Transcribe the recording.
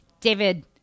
David